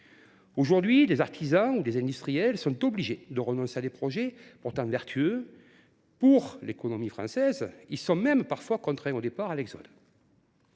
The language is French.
économiques. Des artisans ou des industriels sont obligés de renoncer à des projets, pourtant vertueux pour l’économie française. Ils sont même parfois contraints de partir.